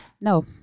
No